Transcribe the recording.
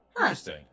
Interesting